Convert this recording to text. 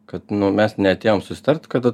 kad mes neatėjom susitart kada